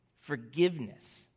forgiveness